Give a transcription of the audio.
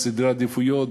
יש סדרי עדיפויות.